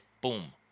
Boom